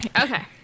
Okay